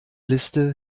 liste